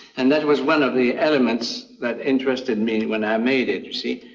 and that was one of the elements that interested me when i made it. you see,